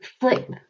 flip